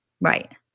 Right